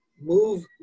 move